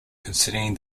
concerning